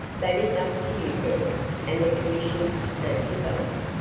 that is up to you girls and the conditions that develop,